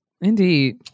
indeed